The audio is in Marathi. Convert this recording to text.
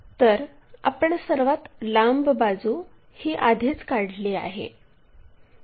तर आपण सर्वात लांब बाजू ही आधीच काढली आहे